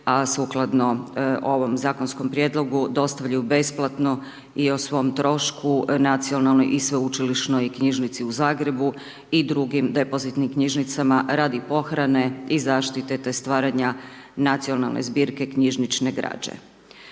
a sukladno ovom zakonskom prijedlogu, dostavljaju besplatno i o svom trošku, Nacionalnoj i Sveučilišnoj knjižnici u Zagrebu i drugim depozitnim knjižnicama radi pohrane i zaštite, te stvaranja Nacionalne zbirke knjižnične građe.